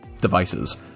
devices